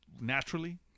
naturally